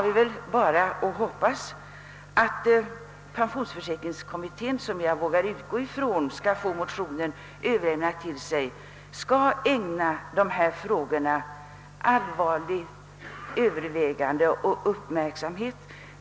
Vi får hoppas att pensionsförsäkringskommittén — jag vågar utgå ifrån att denna skall få motionerna överlämnade till sig — kommer att ägna dessa frågor allvarligt övervägande och tillbörlig uppmärksamhet.